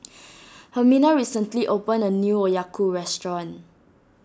Hermina recently opened a new Okayu restaurant